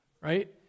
Right